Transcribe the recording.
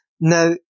Now